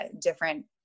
different